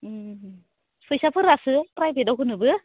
फैसाफोरासो प्राइभेटआव होनोबो